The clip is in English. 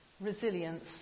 resilience